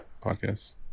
podcast